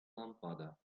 лампада